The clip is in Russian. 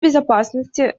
безопасности